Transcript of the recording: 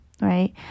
right